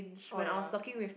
oh ya